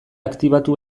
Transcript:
aktibatu